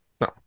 No